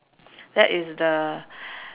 that is the